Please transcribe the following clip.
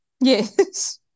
Yes